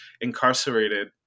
incarcerated